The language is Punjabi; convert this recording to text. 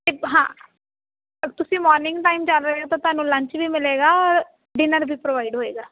ਹਾਂ ਤੁਸੀਂ ਮੋਰਨਿੰਗ ਟਾਈਮ ਚੱਲ ਰਹੇ ਹੋ ਤਾਂ ਤੁਹਾਨੂੰ ਲੰਚ ਵੀ ਮਿਲੇਗਾ ਔਰ ਡਿਨਰ ਵੀ ਪ੍ਰੋਵਾਈਡ ਹੋਏਗਾ